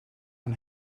aan